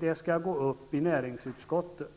det skall gå upp i näringsutskottet.